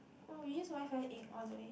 oh use WiFi egg all the way